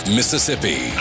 Mississippi